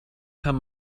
kann